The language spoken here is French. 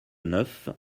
neuf